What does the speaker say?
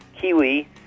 kiwi